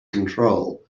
control